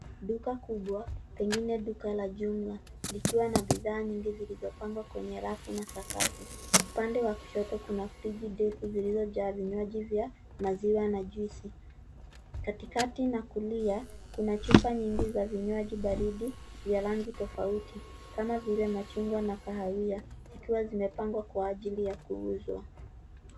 Duka kubwa, pengine duka la jumla likiwa na bidhaa nyingi zilizopangwa kwenye rafu na sakafu. Upande wa kushoto kuna friji ndefu zilizojaa vinywaji vya maziwa na juisi. Katikati na kulia, kuna chupa nyingi zavinywaji baridi vya rangi tofauti kama vile machungwa na kahawia, zikiwa zimepangwa kwa ajili ya kuuzwa.